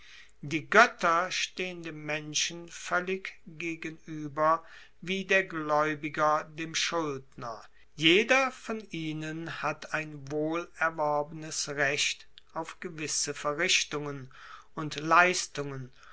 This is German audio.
die goetter stehen dem menschen voellig gegenueber wie der glaeubiger dem schuldner jeder von ihnen hat ein wohlerworbenes recht auf gewisse verrichtungen und leistungen